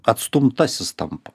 atstumtasis tampa